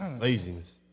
laziness